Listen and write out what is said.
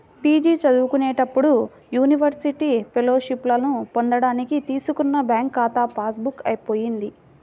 PG చదువుకునేటప్పుడు university ఫెలోషిప్పులను పొందడానికి తీసుకున్న బ్యాంకు ఖాతా పాస్ బుక్ పోయింది